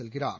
செல்கிறார்